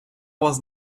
was